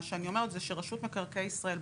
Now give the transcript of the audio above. מה שאני אומרת זה שרשות מקרקעי ישראל,